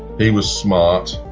he was smart,